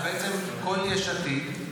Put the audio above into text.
בעצם כל יש עתיד,